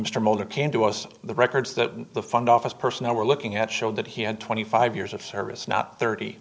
mr molder came to us the records that the fund office personnel were looking at showed that he had twenty five years of service not thirty